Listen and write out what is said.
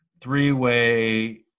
three-way